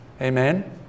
Amen